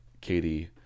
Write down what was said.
Katie